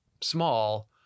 small